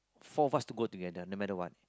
four of us go together no matter what